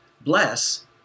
Bless